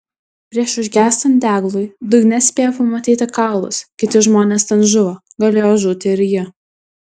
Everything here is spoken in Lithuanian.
prieš užgęstant deglui dugne spėjo pamatyti kaulus kiti žmonės ten žuvo galėjo žūti ir ji